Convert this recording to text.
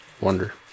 wonder